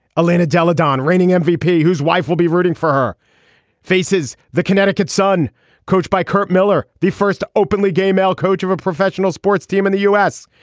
elena della dan reigning mvp whose wife will be rooting for her faces the connecticut sun coached by curt miller the first openly gay male coach of a professional sports team in the u s.